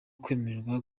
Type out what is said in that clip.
kwemererwa